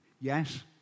yes